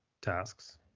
tasks